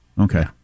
Okay